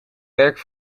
werk